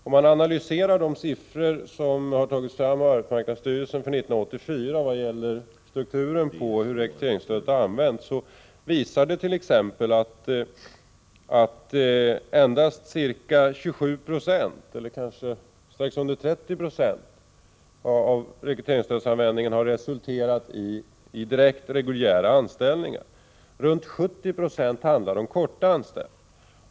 Om man analyserar de siffror som har tagits fram av arbetsmarknadsstyrelsen för hur rekryteringsstödet har använts under 1984, finner man att endast strax under 30 90 av de medel som tagits i anspråk för rekryteringsstöd har resulterat i direkt reguljära anställningar. Runt 70 96 har använts för korta anställningar.